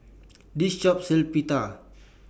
This Shop sells Pita